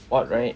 odd right